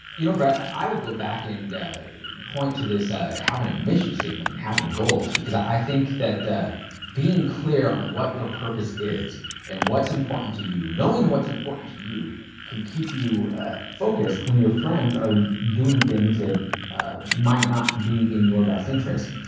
you know brett i i would go back and point to having a mission statement and having goals because i think that that being clear on what your purpose is and what's important to you, knowing what's important to you can keep you focused when your friends are doing things that might not be in your best interest.